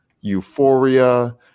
euphoria